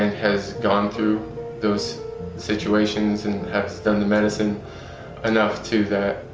has gone through those situations and has done the medicine enough to that.